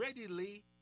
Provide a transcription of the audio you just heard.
readily